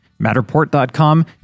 matterport.com